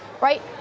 right